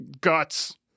guts